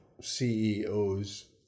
ceos